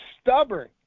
stubborn